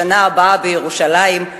בשנה הבאה בירושלים,